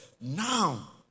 now